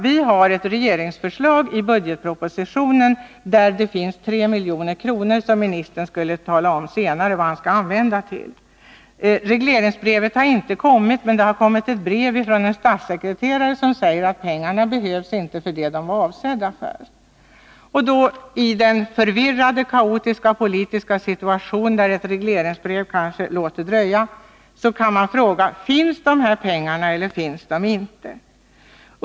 Vi har ett regeringsförslag i budgetpropositionen, där det finns 3 milj.kr. som ministern skulle tala om senare hur han skall använda. Regleringsbrevet har inte kommit, men det har kommit ett brev från en statssekreterare som säger att pengarna behövs inte till det de var avsedda för. I nuvarande kaotiska politiska situation, där ett regleringsbrev kanske låter dröja, kan man fråga: Finns de här pengarna eller finns de inte?